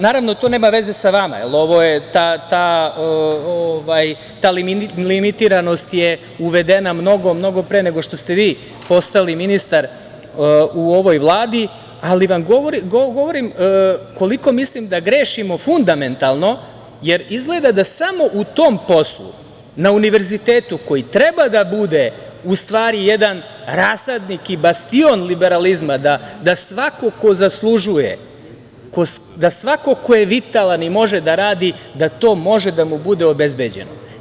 Naravno to nema veze sa vama jer ta limitiranost je uvedena mnogo, mnogo pre nego što ste vi postali ministar u ovoj Vladi, ali vam govorim koliko mislim da grešimo fundamentalno jer izgleda da samo u tom poslu, na univerzitetu koji treba da bude u stvari jedan rasadnik i bastion liberalizma, da svako ko zaslužuje, da svako ko je vitalan i može da radi, da to može da mu bude obezbeđeno.